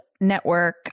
Network